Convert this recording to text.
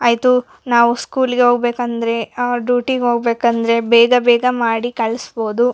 ಆಯಿತು ನಾವು ಸ್ಕೂಲಿಗೆ ಹೋಗ್ಬೇಕಂದರೆ ಡ್ಯೂಟಿಗೆ ಹೋಗ್ಬೇಕಂದರೆ ಬೇಗ ಬೇಗ ಮಾಡಿ ಕಳಿಸ್ಬೋದು